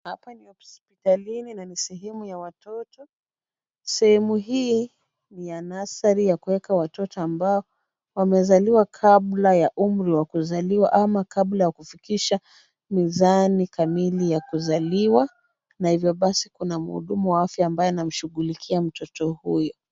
Hapa ni hospitalini na ni sehemu ya watoto. Sehemu hii ni ya Nursery ya kuweka watoto ambao wamezaliwa kabla ya umri wa kuzaliwa ama kabla ya kufikisha mizani kamili ya kuzaliwa na hivyo basi kuna mhudumu wa afya ambaye anamshughulikia mtoto huyu.